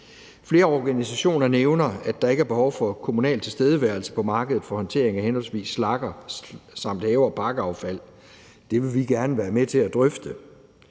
Flere organisationer nævner, at der ikke er behov for kommunal tilstedeværelse på markedet for håndtering af henholdsvis slagger og have- og parkaffald . Det vil vi gerne være med til at drøfte.